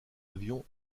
avions